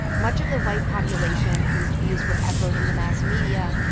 much of the white population, whose views were echoed in the mass media,